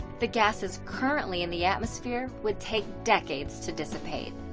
the gases currently in the atmosphere would take decades to dissipate.